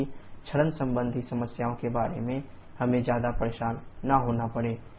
ताकि क्षरण संबंधी समस्याओं के बारे में हमें ज्यादा परेशान न होना पड़े